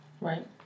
Right